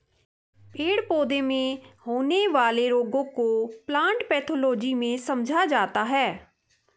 पेड़ पौधों में होने वाले रोगों को प्लांट पैथोलॉजी में समझा जाता है